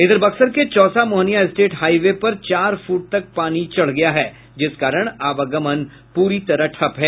इधर बक्सर के Chausa Mohania state highway पर चार फुट तक पानी चढ़ गया है जिस कारण आवागमन पूरी तरह ठप्प है